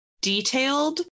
detailed